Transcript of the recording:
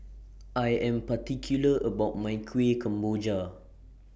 I Am particular about My Kuih Kemboja